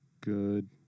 good